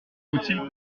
continuer